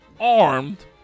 armed